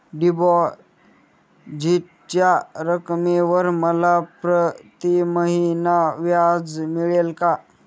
डिपॉझिटच्या रकमेवर मला प्रतिमहिना व्याज मिळेल का?